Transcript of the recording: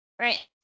Right